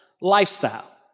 lifestyle